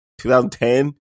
2010